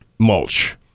mulch